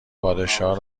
پادشاه